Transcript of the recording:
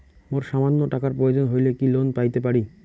মোর সামান্য টাকার প্রয়োজন হইলে কি লোন পাইতে পারি?